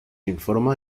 informa